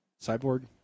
Cyborg